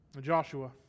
Joshua